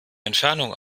entfernung